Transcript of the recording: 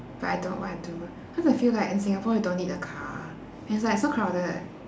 but I don't want to cause I feel like in singapore you don't need a car and it's like so crowded